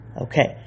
Okay